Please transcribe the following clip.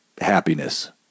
happiness